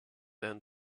then